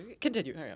Continue